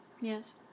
Yes